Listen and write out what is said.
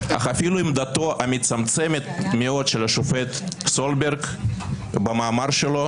אך אפילו עמדתו המצמצמת מאוד של השופט סולברג במאמר שלו